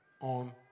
on